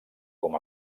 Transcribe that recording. com